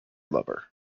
lover